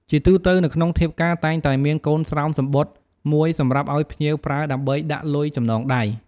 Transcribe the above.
ជាទូទៅ នៅក្នុងធៀបការតែងតែមានកូនស្រោមសំបុត្រមួយសម្រាប់ឱ្យភ្ញៀវប្រើដើម្បីដាក់លុយចំណងដៃ។